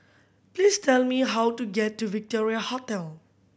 please tell me how to get to Victoria Hotel